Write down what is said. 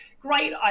great